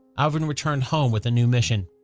alvin returned home with a new mission.